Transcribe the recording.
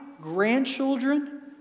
grandchildren